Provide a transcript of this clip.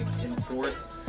enforce